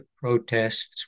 protests